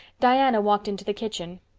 diana walked into the kitchen.